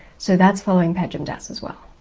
so that's following pejmdas as well.